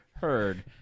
heard